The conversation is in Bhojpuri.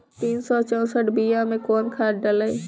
तीन सउ चउसठ बिया मे कौन खाद दलाई?